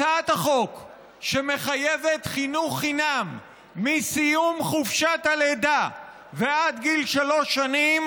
הצעת החוק שמחייבת חינוך חינם מסיום חופשת הלידה ועד גיל שלוש שנים